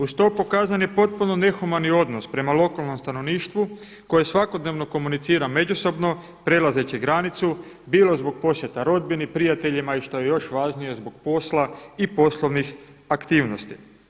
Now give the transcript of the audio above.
Uz to pokazan je potpuno nehumani odnos prema lokalnom stanovništvu koje svakodnevno komunicira međusobno prelazeći granicu, bilo zbog posjeta rodbini, prijateljima i što je još važnije zbog posla i poslovnih aktivnosti.